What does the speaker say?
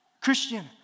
Christian